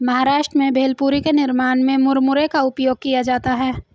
महाराष्ट्र में भेलपुरी के निर्माण में मुरमुरे का उपयोग किया जाता है